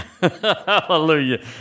Hallelujah